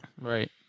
Right